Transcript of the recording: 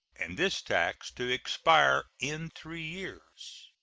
and this tax to expire in three years.